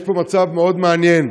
יש פה מצב מאוד מעניין: